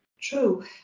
True